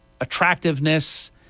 Attractiveness